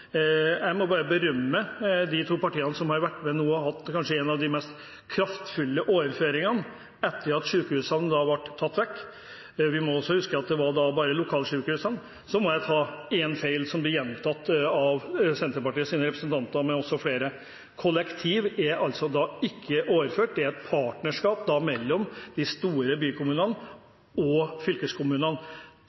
Jeg må bare berømme de to partiene som har vært med nå og hatt kanskje en av de mest kraftfulle overføringene etter at sykehusene ble tatt vekk. Vi må huske på at det var bare lokalsykehusene. Så må jeg ta én feil som blir gjentatt av Senterpartiets representanter og av flere. Kollektiv er ikke overført, det er et partnerskap mellom de store bykommunene og fylkeskommunene.